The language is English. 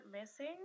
missing